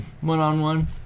One-on-one